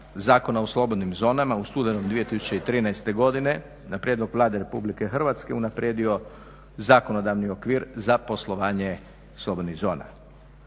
Zakona o slobodnim zonama u studenom 2013. godine na prijedlog Vlade Republike Hrvatske unaprijedio zakonodavni okvir za poslovanje slobodnih zona.